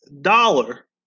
Dollar